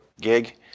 gig